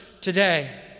today